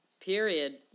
Period